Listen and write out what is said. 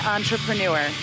Entrepreneur